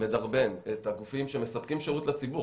מדרבן את הגופים שמספקים שירות לציבור,